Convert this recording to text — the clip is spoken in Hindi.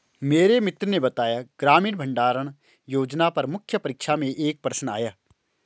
मेरे मित्र ने बताया ग्रामीण भंडारण योजना पर मुख्य परीक्षा में एक प्रश्न आया